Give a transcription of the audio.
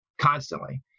constantly